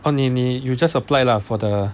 oh 你你 you just apply lah for the